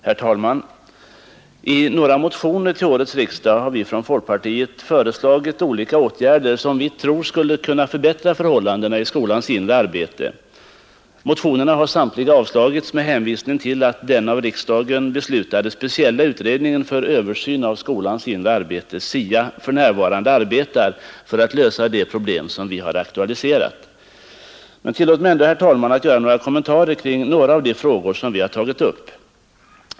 Herr talman! I några motioner till årets riksdag har vi från folkpartiet föreslagit olika åtgärder som vi tror skulle förbättra förhållandena i skolans inre arbete. Motionerna har samtliga avstyrkts med hänsyn till att den av riksdagen beslutade speciella utredningen för översyn av skolans inre arbete — SIA — för närvarande arbetar för att lösa de problem som vi har aktualiserat. Men tillåt mig ändå, herr talman, att göra några kommentarer till en del av de frågor som vi har tagit upp.